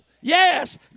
Yes